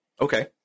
Okay